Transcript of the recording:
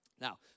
Now